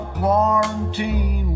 quarantine